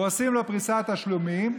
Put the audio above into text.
ועושים לו פריסת תשלומים.